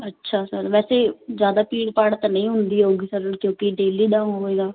ਅੱਛਾ ਸਰ ਵੈਸੇ ਜ਼ਿਆਦਾ ਭੀੜ ਭਾੜ ਤਾਂ ਨਹੀਂ ਹੁੰਦੀ ਹੋਵੇਗੀ ਸਰ ਕਿਉਂਕਿ ਡੇਲੀ ਦਾ ਹੋਵੇਗਾ